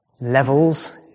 levels